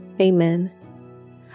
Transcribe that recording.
Amen